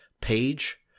page